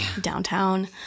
downtown